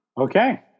Okay